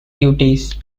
duties